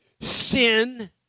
sin